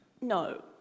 no